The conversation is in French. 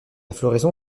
floraison